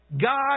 God